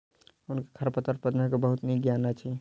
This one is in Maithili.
हुनका खरपतवार प्रबंधन के बहुत नीक ज्ञान अछि